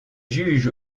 juge